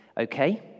okay